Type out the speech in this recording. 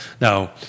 Now